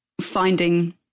finding